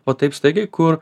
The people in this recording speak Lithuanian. va taip staigiai kur